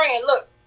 look